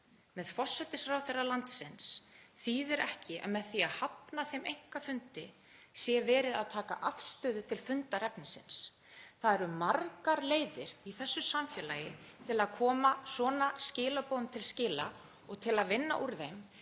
með forsætisráðherra landsins þýðir ekki að með því að hafna þeim einkafundi sé verið að taka afstöðu til fundarefnisins. Það eru margar leiðir í þessu samfélagi til að koma svona skilaboðum til skila og til að vinna úr þeim.